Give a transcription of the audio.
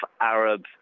Arab